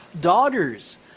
daughters